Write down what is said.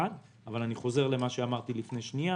אבל אני חוזר על מה שאמרתי לפני שנייה